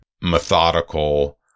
methodical